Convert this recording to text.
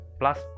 plus